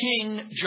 King